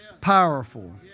powerful